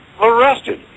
arrested